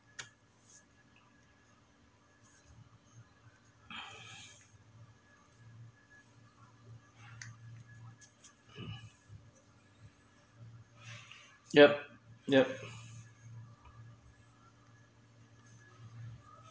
yup yup